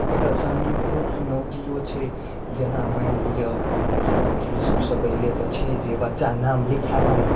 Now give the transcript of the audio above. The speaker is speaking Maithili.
ओकर सामने बहुत चुनौतियो छै जेना मानिलिअ चुनौती सबसँ पहिले तऽ छै जे बच्चा नाम लिखयलथि